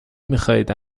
میخواهید